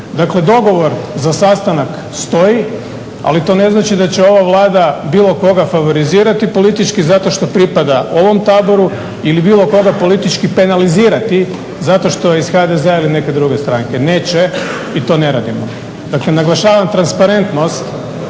Dakle, dogovor za sastanak stoji, ali to ne znači da će ova Vlada bilo koga favorizirati politički zato što pripada ovom taboru ili bilo koga politički penalizirati zato što je iz HDZ-a ili neke druge stranke. Neće i to ne radimo. Dakle naglašavam transparentnost